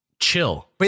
Chill